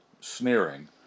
sneering